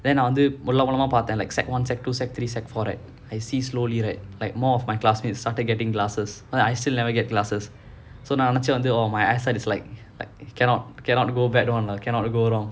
then நான் வந்து மெல்ல மெல்லமா பாத்தேன்:naan vanthu mella mellamaa paathaen then like secondary one secondary two secondary three secondary four right I see slowly right like more of my classmates started getting glasses I still never get glasses so now நான் நினைச்சேன்:naan ninaichaen my eyesight is like like cannot cannot go back [one] lah cannot go wrong